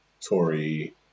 Tory